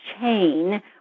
chain